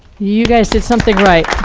you guys did something right.